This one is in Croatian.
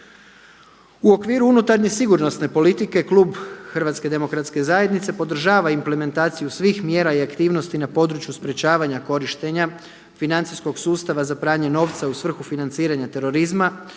U okviru unutarnje sigurnosne politike klub HDZ-a podržava implementaciju svih mjera i aktivnosti na području sprječavanja korištenja financijskog sustava za pranje novca u svrhu financiranja terorizma